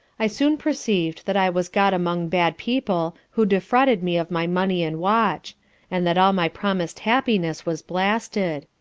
i soon perceived that i was got among bad people, who defrauded me of my money and watch and that all my promis'd happiness was blasted,